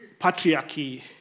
patriarchy